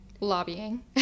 lobbying